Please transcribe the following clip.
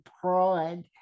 pride